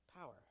power